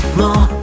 more